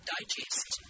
Digest